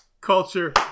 culture